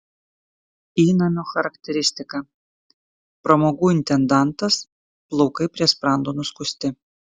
įnamio charakteristika pramogų intendantas plaukai prie sprando nuskusti